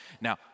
Now